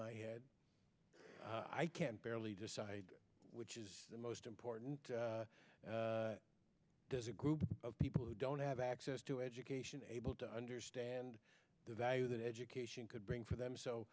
my head i can barely decide which is the most important there's a group of people who don't have access to education able to understand the value that education could bring for them so